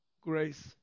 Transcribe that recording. grace